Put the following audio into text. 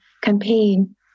campaign